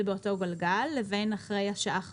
באותו גלגל לבין זה שהוא עושה את זה אחרי 17:00?